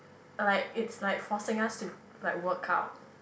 like it's like forcing us to like work out